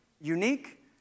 unique